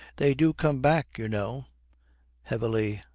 they do come back, you know heavily,